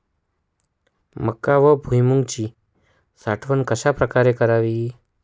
मका व भुईमूगाची साठवण कशाप्रकारे करावी?